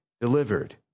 delivered